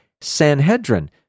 Sanhedrin